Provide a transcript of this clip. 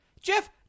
Jeff